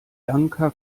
janka